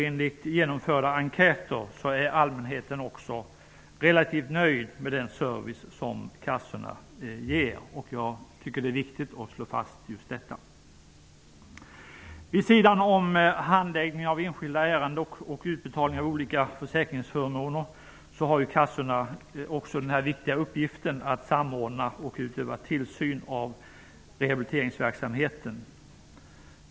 Enligt genomförda enkätundersökningar är allmänheten också relativt nöjd med den service som försäkringskassorna ger. Det är viktigt att slå fast detta. Vid sidan om handläggningar av enskilda ärenden och utbetalningar av olika försäkringsförmåner har kassorna den viktiga uppgiften att samordna och utöva tillsyn av rehabiliteringsverksamheten.